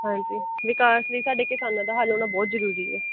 ਹਾਂਜੀ ਵਿਕਾਸ ਵੀ ਸਾਡੇ ਕਿਸਾਨਾਂ ਦਾ ਹੱਲ ਹੋਣਾ ਬਹੁਤ ਜ਼ਰੂਰੀ ਹੈ